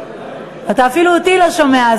אתה אפילו אותי לא שומע,